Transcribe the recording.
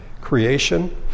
creation